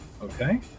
Okay